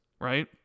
right